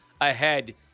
ahead